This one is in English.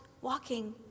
walking